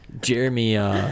Jeremy